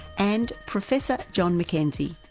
and professor john mackenzie,